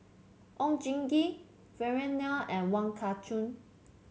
Oon Jin Gee Vikram Nair and Wong Kah Chun